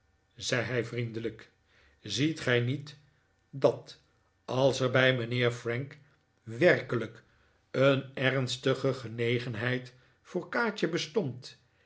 zei hij vriendelijk ziet gij niet dat als er bij mijnheer frank werkelijk een ernstige genegenheid voor kaatje bestond